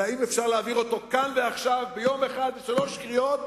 אלא האם אפשר להעביר אותו כאן ועכשיו ביום אחד בשלוש קריאות